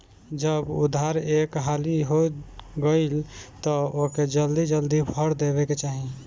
जब उधार एक हाली हो गईल तअ ओके जल्दी जल्दी भर देवे के चाही